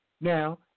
Now